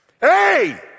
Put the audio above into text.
hey